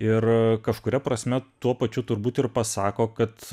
ir kažkuria prasme tuo pačiu turbūt ir pasako kad